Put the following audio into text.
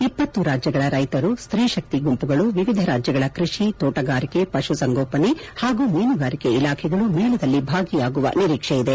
ಇಪ್ಪತು ರಾಜ್ಜಗಳ ರೈತರು ಸ್ತೀಶಕ್ತಿ ಗುಂಪುಗಳು ವಿವಿಧ ರಾಜ್ಯಗಳ ಕೃಷಿ ತೋಟಗಾರಿಕೆ ಪಶುಸಂಗೋಪನೆ ಹಾಗೂ ಮೀನುಗಾರಿಕೆ ಇಲಾಖೆಗಳು ಮೇಳದಲ್ಲಿ ಭಾಗಿಯಾಗುವ ನಿರೀಕ್ಷೆಯಿದೆ